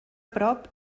prop